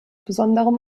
besonderem